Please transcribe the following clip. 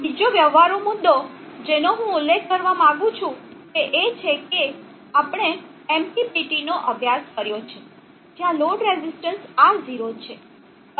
બીજો વ્યવહારુ મુદ્દો જેનો હું ઉલ્લેખ કરવા માંગુ છું તે એ છે કે આપણે MPPT નો અભ્યાસ કર્યો છે જ્યાં લોડ રેઝિસ્ટન્સ R0 છે